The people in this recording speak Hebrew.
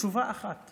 תשובה על השאלה